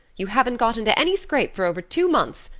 you haven't got into any scrape for over two months,